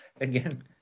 again